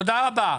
תודה רבה.